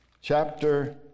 chapter